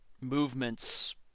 movements